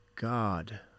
God